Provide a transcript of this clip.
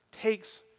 takes